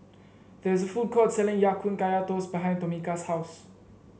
there is a food court selling Ya Kun Kaya Toast behind Tomika's house